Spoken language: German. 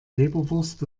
leberwurst